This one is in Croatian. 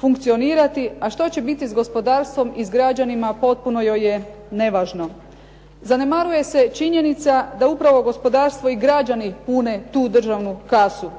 funkcionirati, a što će biti sa gospodarstvom i sa građanima potpuno joj je nevažno. Zanemaruje se činjenica da upravo gospodarstvo i građani pune tu državnu kasu,